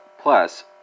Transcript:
Plus